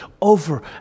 over